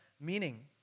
meaning